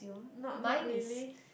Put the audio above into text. not not really